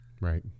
Right